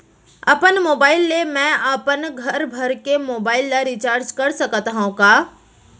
अपन मोबाइल ले मैं अपन घरभर के मोबाइल ला रिचार्ज कर सकत हव का?